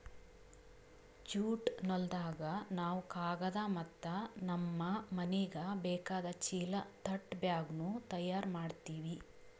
jute ನೂಲ್ದಾಗ್ ನಾವ್ ಕಾಗದ್ ಮತ್ತ್ ನಮ್ಮ್ ಮನಿಗ್ ಬೇಕಾದ್ ಚೀಲಾ ತಟ್ ಬ್ಯಾಗ್ನು ತಯಾರ್ ಮಾಡ್ತೀವಿ